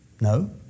No